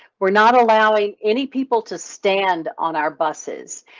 we're not allowing any people to stand on our buses,